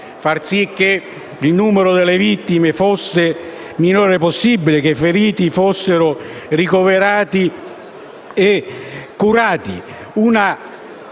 far sì che il numero delle vittime fosse il minore possibile e che i feriti fossero ricoverati e curati.